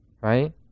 right